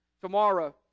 tomorrow